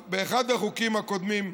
באחד החוקים הקודמים,